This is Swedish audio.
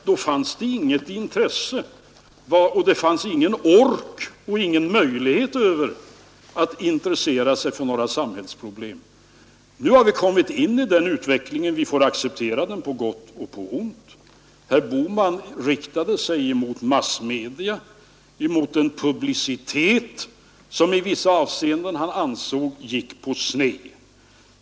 Då fanns det inget intresse, ingen ork och ingen möjlighet att intressera sig för några samhällsproblem. Nu har vi kommit in i den utvecklingen och får acceptera den på gott och ont. Herr Bohman riktade sig mot massmedia, emot en publicitet som han i vissa avseenden ansåg gick på sned.